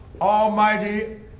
Almighty